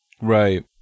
Right